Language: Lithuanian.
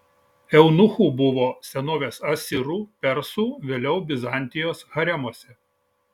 eunuchų buvo senovės asirų persų vėliau bizantijos haremuose